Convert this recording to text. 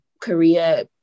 Korea